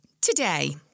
Today